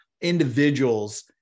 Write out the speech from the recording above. individuals